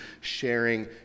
sharing